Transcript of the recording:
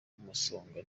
umusonga